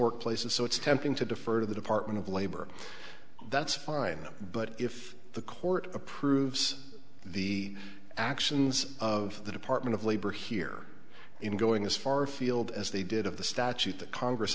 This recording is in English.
workplaces so it's tempting to defer to the department of labor that's fine but if the court approves the actions of the department of labor here in going as far afield as they did of the statute that congress